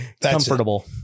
Comfortable